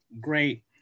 Great